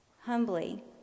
humbly